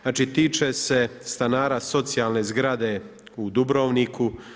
Znači, tiče se stanara socijalne zgrade u Dubrovniku.